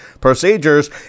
procedures